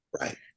Right